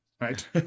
right